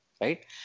right